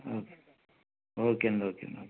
okay ఓకేనండి ఓకేనండి